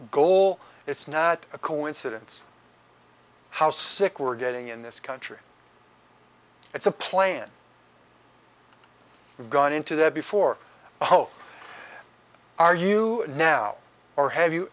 goal it's not a coincidence how sick we're getting in this country it's a plan we've gone into that before oh are you now or have you